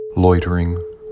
Loitering